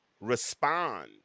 respond